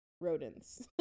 rodents